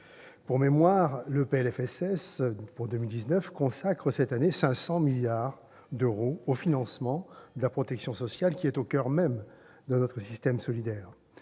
sécurité sociale pour 2019 consacre cette année 500 milliards d'euros au financement de la protection sociale, qui est au coeur de notre système solidaire.